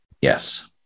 Yes